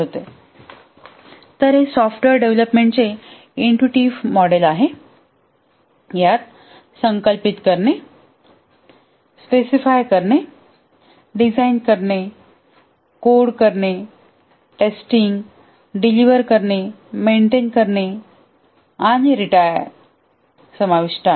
तर हे सॉफ्टवेअर डेव्हलपमेंटचे इंटुटीव्ह मॉडेल आहे यात संकल्पित करणे स्पेसीफाय करणे डिझाइन करणे कोड करणे टेस्टिंग डिलिव्हरकरणे मेंटेन करणे आणि रिटायर समाविष्ट आहे